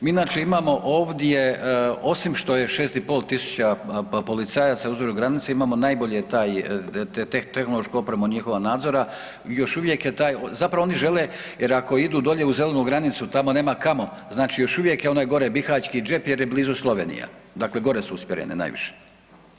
Mi inače imamo ovdje osim što je 65000 policajaca uzduž granice imamo najbolje taj tehnološku opremu njihova nadzora, još uvijek je taj, zapravo oni žele jer ako idu dolje u zelenu granicu tamo nema kamo, znači još uvijek je onaj gore Bihaćki džep jer je blizu Slovenija, dakle gore su usmjerene najviše.